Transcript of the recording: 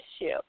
issue